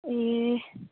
ए